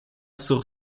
sur